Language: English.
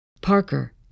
Parker